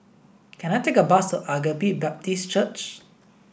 can I take a bus Agape Baptist Church